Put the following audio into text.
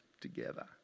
together